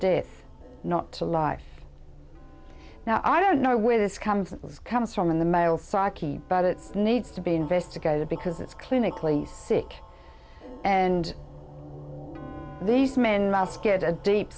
death not a life now i don't know where this comes comes from in the middle psyche but it needs to be investigated because it's clinically sick and these men must get a deep